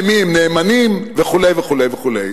למי הם נאמנים וכו' וכו'.